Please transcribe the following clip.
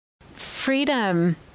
Freedom